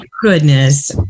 goodness